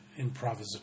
improvisatory